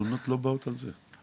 התלונות לא באות על זה.